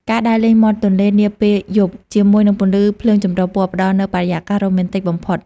ការដើរលេងមាត់ទន្លេនាពេលយប់ ជាមួយនឹងពន្លឺភ្លើងចម្រុះពណ៌ ផ្ដល់នូវបរិយាកាសរ៉ូមែនទិកបំផុត។